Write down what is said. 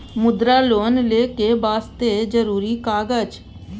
मुद्रा लोन लेके वास्ते जरुरी कागज?